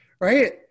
right